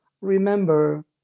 remember